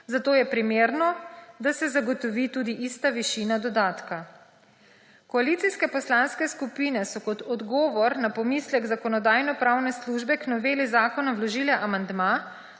zato je primerno, da se zagotovi tudi ista višina dodatka. Koalicijske poslanske skupine so kot odgovor na pomislek Zakonodajno-pravne službe k noveli zakona vložile amandma,